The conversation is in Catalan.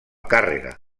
càrrega